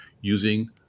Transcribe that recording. using